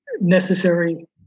necessary